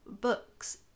books